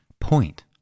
point